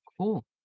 cool